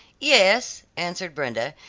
yes, answered brenda,